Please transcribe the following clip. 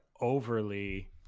overly